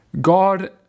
God